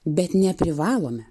bet neprivalome